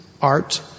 art